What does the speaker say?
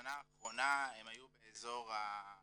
בשנה האחרונה הם היו באזור ה-